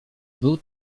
był